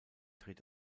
dreht